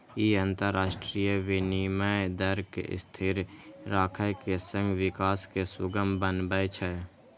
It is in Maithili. ई अंतरराष्ट्रीय विनिमय दर कें स्थिर राखै के संग विकास कें सुगम बनबै छै